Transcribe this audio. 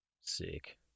Sick